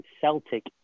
Celtic